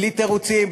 בלי תירוצים,